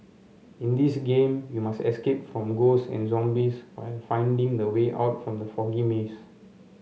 in this game you must escape from ghosts and zombies while finding the way out from the foggy maze